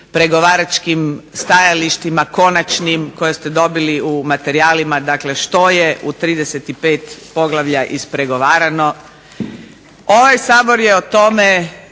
pregovaračkim stajalištima konačnim koje ste dobili u materijalima što je u 35 poglavlja ispregovarano, ovaj Sabor je o tome